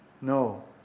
No